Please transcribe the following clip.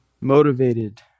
motivated